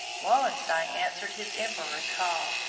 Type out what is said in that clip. wallenstein answered his emperor's call.